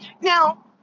Now